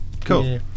Cool